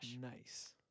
Nice